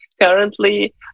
currently